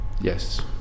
Yes